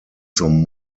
zum